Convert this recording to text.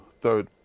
third